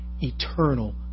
eternal